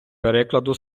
перекладу